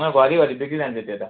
अँ छ घरि घरि बिग्रिरहन्छ त्यो त